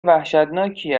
وحشتناکی